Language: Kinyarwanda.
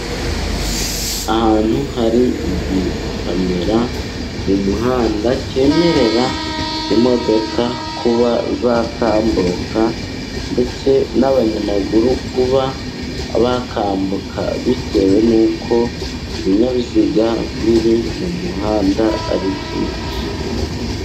Ahantu hari igikamera mu muhanda kemerera imodoka kuba zatambuka, ndetse n'abanyamaguru kuba bakambuka bitewe n'uko ibinyabiziga biri mumuhanda ari byinshi.